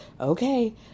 okay